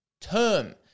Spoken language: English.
term